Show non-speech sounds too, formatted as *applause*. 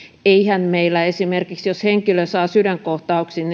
eihän meillä esimerkiksi jos henkilö saa sydänkohtauksen *unintelligible*